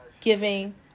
giving